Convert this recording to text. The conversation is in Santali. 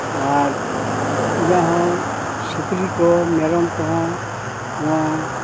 ᱟᱨ ᱡᱟᱦᱟᱸᱭ ᱥᱩᱠᱨᱤ ᱠᱚ ᱢᱮᱨᱚᱢ ᱠᱚᱦᱚᱸ ᱱᱚᱣᱟ